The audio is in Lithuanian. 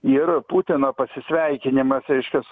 ir putino pasisveikinimas reiškias